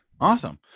awesome